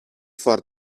for